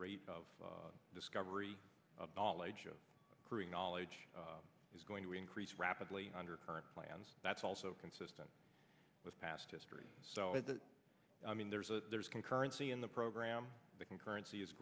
rate of discovery of knowledge of knowledge is going to increase rapidly under current plans that's also consistent with past history so i mean there's a there's concurrency in the program that concurrency is